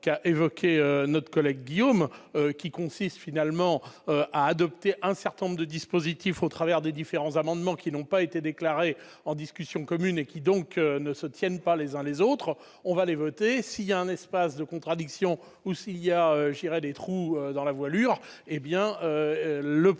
qu'a évoqué notre collègue Guillaume qui consiste finalement à adopter un certain nombre de dispositifs au travers des différents amendements qui n'ont pas été déclarés en discussion commune et qui donc ne se tiennent pas les uns les autres, on va aller voter s'il y a un espace de contradiction ou s'il y a, je dirais, des trous dans la voilure, hé bien le processus